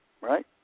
right